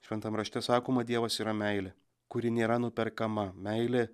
šventam rašte sakoma dievas yra meilė kuri nėra nuperkama meilė